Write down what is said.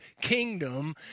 kingdom